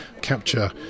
capture